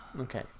Okay